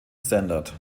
standard